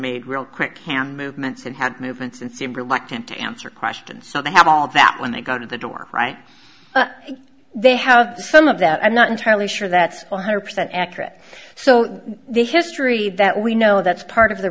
made real quick hand movements and had movements and seemed reluctant to answer questions so they have all that when they go to the door right but they have some of that i'm not entirely sure that's one hundred percent accurate so the history that we know that's part of the